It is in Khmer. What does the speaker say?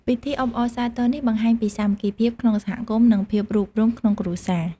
ពិធីអបអរសាទរនេះបង្ហាញពីសាមគ្គីភាពក្នុងសហគមន៍ និងភាពរួបរួមក្នុងគ្រួសារ។